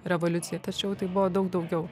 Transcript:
revoliucija tačiau tai buvo daug daugiau